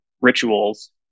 rituals